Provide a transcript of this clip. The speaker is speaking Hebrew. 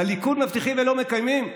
בליכוד מבטיחים ולא מקיימים?